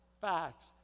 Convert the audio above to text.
Facts